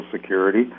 Security